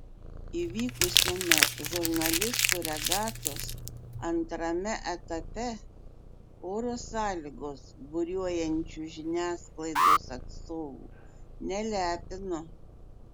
įvykusiame žurnalistų regatos antrame etape oro sąlygos buriuojančių žiniasklaidos atstovų nelepino